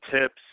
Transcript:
tips